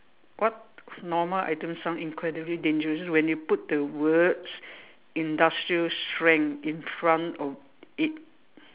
what normal item sound incredibly dangerous when you put the words industrial strength in front of it